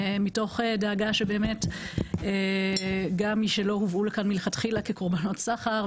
מתוך דאגה שמי שלא הובאו לכאן מלכתחילה כקורבנות סחר,